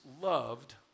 loved